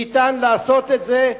ניתן לעשות את זה.